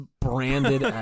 branded